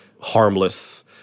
harmless